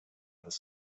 other